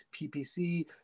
PPC